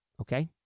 okay